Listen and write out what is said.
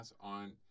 on